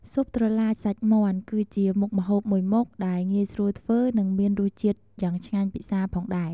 ស៊ុបត្រឡាច សាច់មាន់ គឺជាមុខម្ហូបមួយមុខដែលងាយស្រួលធ្វើ និងមានរសជាតិយ៉ាងឆ្ងាញ់ពិសាផងដែរ។